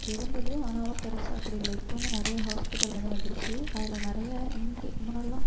இருந்தது ஆனாலும் பெரிசா அப்படி இல்லை இப்போது வந்து நிறைய ஹாஸ்பிட்டல் வந்து வந்துருச்சு அதில் நிறைய இங்கே முன்னாடிலாம்